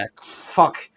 fuck